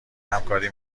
همکاری